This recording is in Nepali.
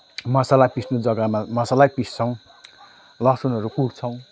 मसला पिस्ने जग्गामा मसालै पिस्छौँ लसुनहरू कुट्छौँ